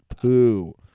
poo